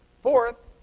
fourth,